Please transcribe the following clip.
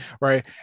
right